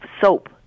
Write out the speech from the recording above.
soap